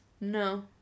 No